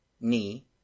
ni